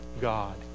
God